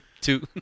two